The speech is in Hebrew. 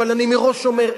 אבל אני מראש אומר,